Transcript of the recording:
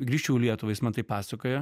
grįžčiau į lietuvą jis man tai pasakoja